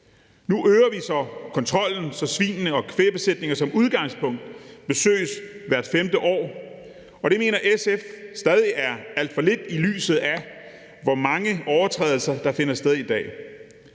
Nu øger vi så kontrollen, så svine- og kvægbesætninger som udgangspunkt besøges hvert femte år. Det mener SF stadig er alt for lidt, set i lyset af hvor mange overtrædelser der finder sted i dag.